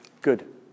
Good